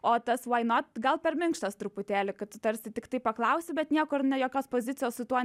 o tas vai not gal per minkštas truputėlį kad tu tarsi tiktai paklausi bet niekur jokios pozicijos su tuo